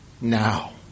now